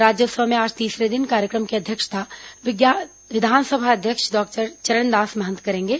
राज्योत्सव में आज तीसरे दिन कार्यक्रम की अध्यक्षता विधानसभा अध्यक्ष डॉक्टर चरणदास मंहत करेंगे